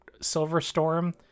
Silverstorm